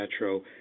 metro